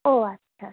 ও আচ্ছা